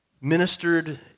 ministered